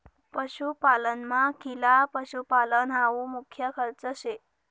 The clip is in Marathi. पशुपालनमा खिला पशुपालन हावू मुख्य खर्च शे